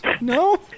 no